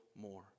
more